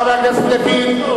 חבר הכנסת לוין.